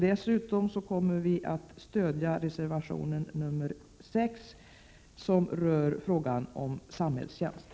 Dessutom kommer vi att stödja reservation 6, som rör frågan om samhällstjänst.